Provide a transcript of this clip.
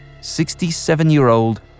67-year-old